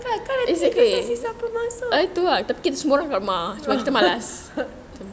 kalau dia kasi siapa-siapa masuk